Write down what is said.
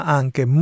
anche